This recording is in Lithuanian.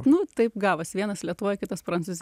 nu taip gavosi vienas lietuvoje kitas prancūzijoje